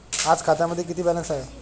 आज खात्यामध्ये किती बॅलन्स आहे?